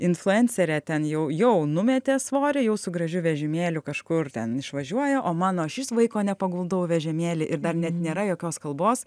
influencerė ten jau jau numetė svorį jau su gražiu vežimėliu kažkur ten išvažiuoja o mano išvis vaiko nepaguldau į vežimėlį ir dar net nėra jokios kalbos